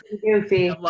Goofy